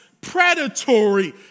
predatory